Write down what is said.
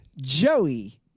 Joey